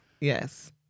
Yes